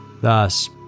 Thus